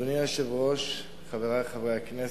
אדוני היושב-ראש, חברי חברי הכנסת,